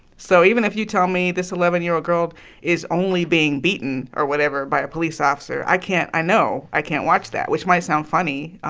so even if you told me this eleven year old girl is only being beaten or whatever by a police officer, i can't i know i can't watch that, which might sound funny,